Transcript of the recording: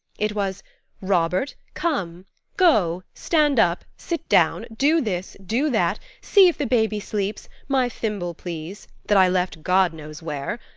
it was robert, come go stand up sit down do this do that see if the baby sleeps my thimble, please, that i left god knows where.